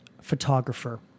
photographer